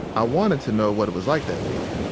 i wanted to know what it was like that week,